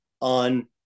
On